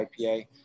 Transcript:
IPA